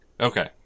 Okay